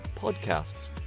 podcasts